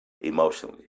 emotionally